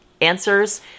answers